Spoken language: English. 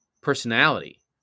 personality